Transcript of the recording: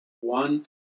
one